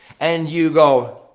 and you go,